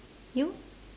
you